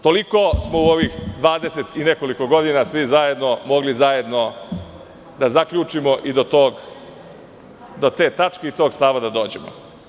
Toliko smo u ovih 20 i nekoliko godina svi zajedno mogli da zaključimo i do te tačke i tog stava da dođemo.